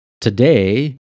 today